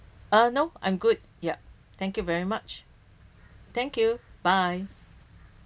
uh no I'm good yup thank you very much thank you bye